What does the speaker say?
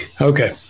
Okay